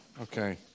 Okay